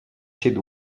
cedo